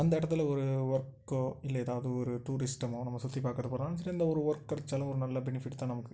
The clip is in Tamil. அந்த இடத்துல ஒரு ஒர்க்கோ இல்லை எதாவது ஒரு டூரிஸ்ட்டமோ நம்ம சுற்றி பார்க்கற போகிறனாலும் சரி இந்த ஒர்க் கிடச்சாலும் ஒரு நல்ல பெனிஃபிட் தான் நமக்கு